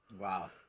wow